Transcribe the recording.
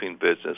business